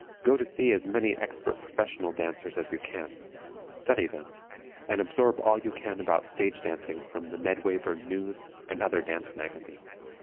go to see as many expert professional dancers as you can study them and absorb all you can about stage dancing from the ned wayburn news and other dance magazines.